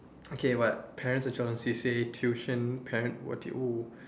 okay but parents C_C_A tuition parent what do you oh